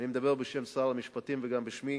אני מדבר בשם שר המשפטים וגם בשמי,